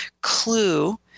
clue